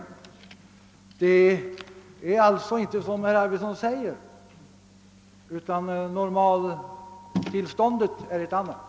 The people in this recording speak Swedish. — Normaltillståndet är alltså ett annat än det som herr Arvidson beskrev.